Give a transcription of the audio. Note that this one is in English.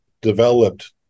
developed